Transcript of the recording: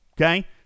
Okay